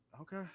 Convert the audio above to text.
Okay